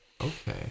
okay